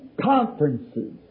conferences